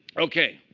ok,